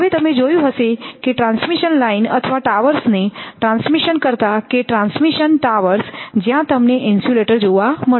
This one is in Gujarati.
હવે તમે જોયું હશે કે ટ્રાન્સમિશન લાઇન અથવા ટાવર્સને ટ્રાન્સમિશન કરતા કે ટ્રાન્સમિશન ટાવર્સ જ્યાં તમને ઇન્સ્યુલેટર જોવા મળશે